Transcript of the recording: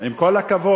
עם כל הכבוד.